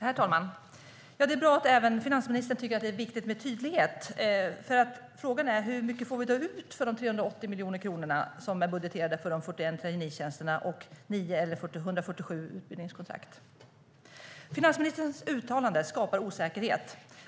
Herr talman! Det är bra att även finansministern tycker att det är viktigt med tydlighet. Frågan är hur mycket vi får ut av de 380 miljoner kronor som är budgeterade för de 41 traineetjänsterna och de 9 eller 147 utbildningskontrakten. Finansministerns uttalande skapar osäkerhet.